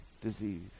disease